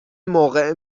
موقع